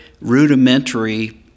rudimentary